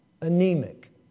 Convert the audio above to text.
anemic